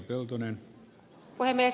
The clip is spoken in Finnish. arvoisa puhemies